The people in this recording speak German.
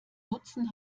nutzen